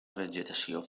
vegetació